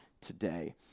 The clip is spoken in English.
today